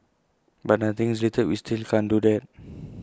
but nothing is deleted we still can't do that